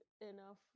enough